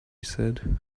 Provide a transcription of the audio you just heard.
said